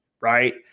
right